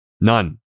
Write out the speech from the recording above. None